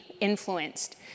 influenced